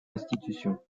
institutions